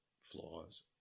flaws